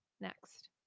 Next